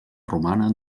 romana